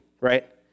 right